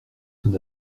son